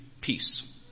peace